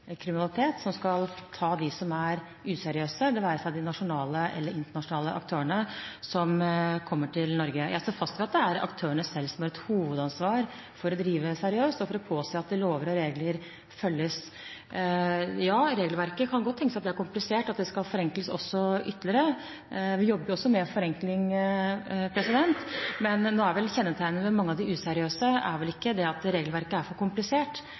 som skal ta de som er useriøse – det være seg de nasjonale aktørene eller de internasjonale aktørene som kommer til Norge. Jeg står fast ved at det er aktørene selv som har et hovedansvar for å drive seriøst og for å påse at lover og regler følges. Ja, det kan godt tenkes at regelverket er komplisert, at det skal forenkles ytterligere. Vi jobber også med forenkling, men kjennetegnet ved mange av de useriøse er vel ikke at regelverket er for komplisert,